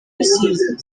rusizi